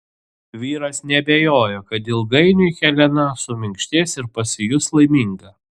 vyras neabejojo kad ilgainiui helena suminkštės ir pasijus laiminga